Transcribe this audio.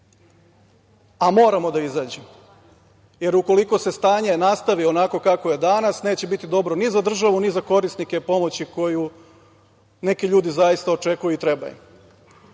a moramo da izađemo, jer ukoliko se stanje nastavi onako kako je danas neće biti dobro ni za državu ni za korisnike pomoći koju neki ljudi zaista očekuju i treba